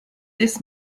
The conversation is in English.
this